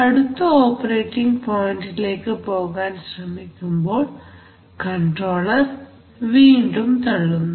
അടുത്ത ഓപ്പറേറ്റിങ് പോയന്റിലേക്ക് പോകാൻ ശ്രമിക്കുമ്പോൾ കൺട്രോളർ വീണ്ടും തള്ളുന്നു